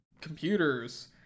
computers